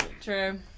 True